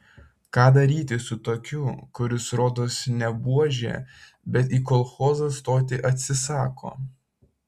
ką daryti su tokiu kuris rodos ne buožė bet į kolchozą stoti atsisako